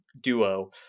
duo